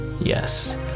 yes